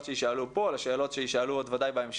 שיישאלו כאן ולשאלות שבוודאי יישאלו בהמשך.